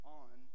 on